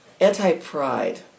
anti-pride